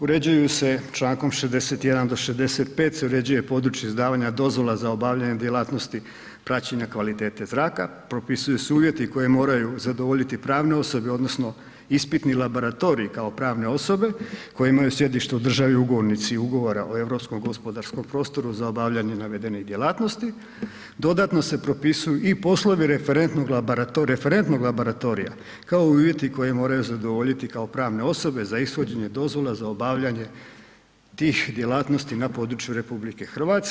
Uređuju se Člankom 61. do 65. se uređuje područje izdavanja dozvola za obavljanje djelatnosti praćenja kvalitete zraka, propisuju se uvjeti koje moraju zadovoljiti pravne osobe odnosno ispitni laboratoriji kao pravne osobe koje imaju sjedište u državi ugovornici Ugovora o europskom gospodarskom prostoru za obavljanje navedenih djelatnosti, dodatno se propisuju i poslovni referentnog laboratorija, kao i uvjeti koje moraju zadovoljiti kao pravne osobe za ishođenje dozvola za obavljanje tih djelatnosti na području RH.